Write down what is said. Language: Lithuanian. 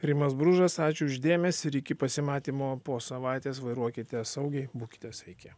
rimas bružas ačiū už dėmesį ir iki pasimatymo po savaitės vairuokite saugiai būkite sveiki